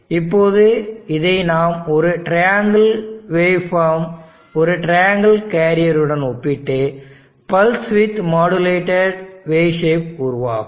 இப்போது இதை நாம் ஒரு ட்ரையாங்கிள் வே ஃபார்ம் ஒரு ட்ரையாங்கிள் கேரியருடன் ஒப்பிட்டு pulse width modulated wave shape உருவாகும்